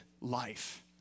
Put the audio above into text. life